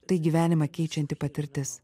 tai gyvenimą keičianti patirtis